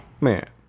man